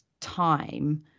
time